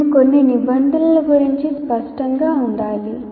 మేము కొన్ని నిబంధనల గురించి స్పష్టంగా ఉండాలి